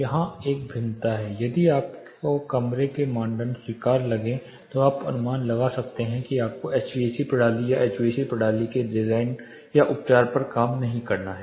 यहाँ एक भिन्नता है यदि आपको कमरे के मानदंड स्वीकार्य लगे तो आप अनुमान लगा सकते हैं कि आपको HVAC प्रणाली या HVAC प्रणाली के डिजाइन या उपचार पर काम नहीं करना है